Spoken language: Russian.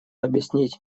объяснить